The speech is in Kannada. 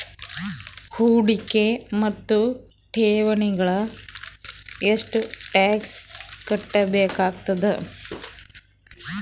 ಹೂಡಿಕೆ ಮತ್ತು ಠೇವಣಿಗಳಿಗ ಎಷ್ಟ ಟಾಕ್ಸ್ ಕಟ್ಟಬೇಕಾಗತದ?